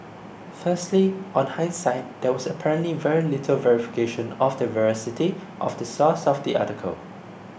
firstly on hindsight there was apparently very little verification of the veracity of the source of the sir article